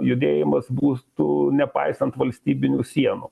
judėjimas bus tų nepaisant valstybinių sienų